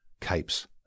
capes